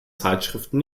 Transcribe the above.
zeitschriften